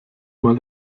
mal